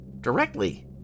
directly